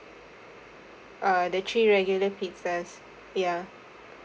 uh the three regular pizzas ya